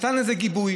נתן לזה גיבוי,